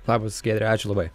labas giedre ačiū labai